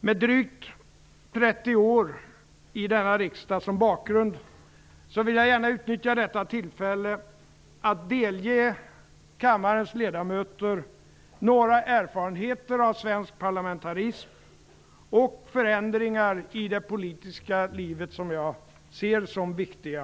Med drygt 30 år i denna riksdag som bakgrund vill jag gärna utnyttja detta tillfälle att delge kammarens ledamöter några erfarenheter av svensk parlamentarism och förändringar i det politiska livet som jag ser som viktiga.